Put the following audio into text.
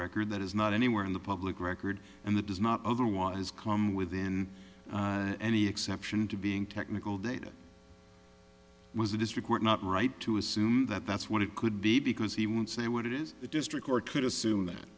record that is not anywhere in the public record and that does not otherwise come within any exception to being technical data was a district court not right to assume that that's what it could be because he won't say what it is the district court could assume